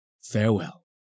Farewell